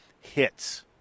hits